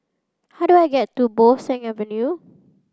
how do I get to Bo Seng Avenue